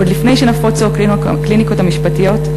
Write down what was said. עוד לפני שנפוצו הקליניקות המשפטיות,